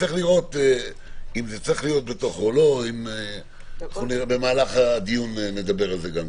נצטרך לראות אם זה יצטרך להיות בפנים או לא במהלך הדיון נדבר על זה.